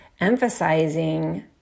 emphasizing